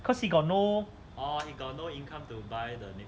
cause he got no